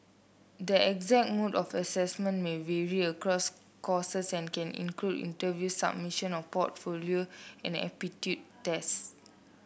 the exact mode of assessment may vary across courses and can include interviews submission of portfolio and aptitude test